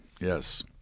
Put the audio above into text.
yes